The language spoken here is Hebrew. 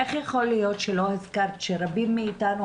איך יכול להיות שלא הזכרת שרבים מאתנו,